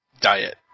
diet